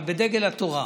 אבל בדגל התורה.